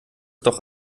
doch